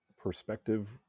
perspective